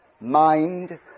mind